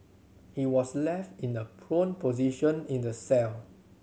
he was left in a prone position in the cell